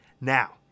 Now